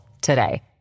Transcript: today